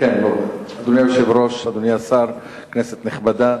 אדוני היושב-ראש, אדוני השר, כנסת נכבדה,